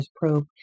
probe